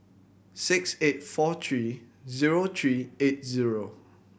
six eight four three zero three eight zero